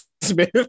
Smith